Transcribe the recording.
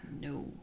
No